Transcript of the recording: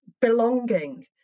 belonging